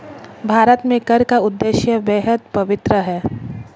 भारत में कर का उद्देश्य बेहद पवित्र है